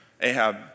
Ahab